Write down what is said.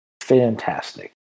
fantastic